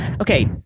Okay